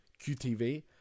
QTV